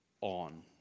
on